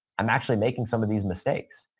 i'm actually making some of these mistakes.